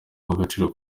uw’agaciro